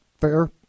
Fair